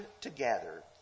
together